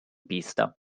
pista